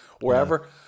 wherever